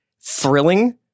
thrilling